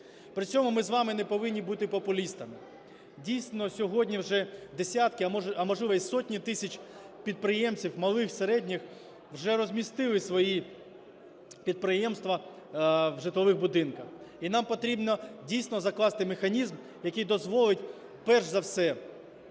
При цьому ми з вами не повинні бути популістами. Дійсно сьогодні вже десятки, а можливо і сотні тисяч підприємців малих, середніх вже розмістили свої підприємства в житлових будинках. І нам потрібно дійсно закласти механізм, який дозволить перш за все